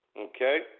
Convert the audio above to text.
okay